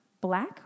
black